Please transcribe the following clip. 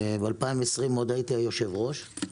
ב-2020 הייתי היושב ראש,